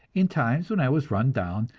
in times when i was run down,